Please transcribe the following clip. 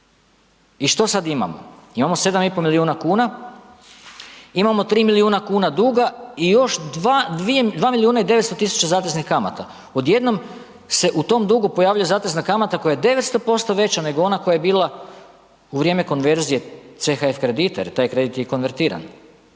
I što sad imamo? Imamo 7,5 milijuna kuna, imamo 3 milijuna duga i još 2 milijuna i 900 000 zateznih kamata. Odjednom se u tom dugu pojavljuje zatezna kamata koja je 900% veća nego ona koja je bila u vrijeme konverzije CHF kredita jer taj kredit je konvertiran.